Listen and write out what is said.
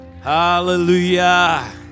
Hallelujah